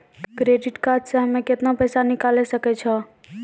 Credit card से हम्मे केतना पैसा निकाले सकै छौ?